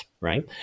right